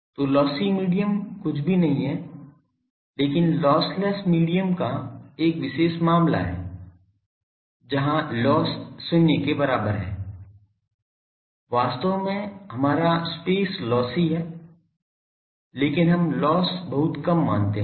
तो lossy medium कुछ भी नहीं है लेकिन लॉसलेस मीडियम का एक विशेष मामला है जहां लॉस शून्य के बराबर है वास्तव में हमारा स्पेस लोस्सी है लेकिन हम लॉस बहुत कम मानते हैं